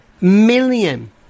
million